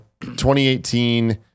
2018